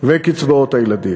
וקצבאות הילדים.